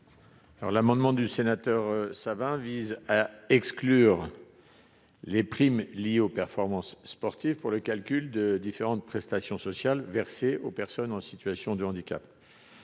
amendement vise à exclure les primes liées aux performances sportives du calcul des différentes prestations sociales versées aux personnes en situation de handicap.